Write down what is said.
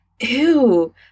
ew